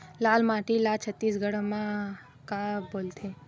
लाल माटी ला छत्तीसगढ़ी मा का बोलथे?